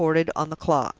recorded on the clock.